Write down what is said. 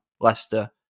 Leicester